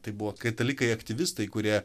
tai buvo katalikai aktyvistai kurie